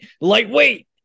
lightweight